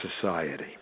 society